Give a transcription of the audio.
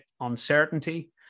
uncertainty